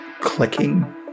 clicking